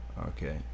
Okay